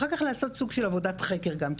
אחר כך לעשות סוג של עבודת חקר גם,